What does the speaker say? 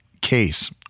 case